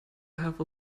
have